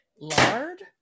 Lard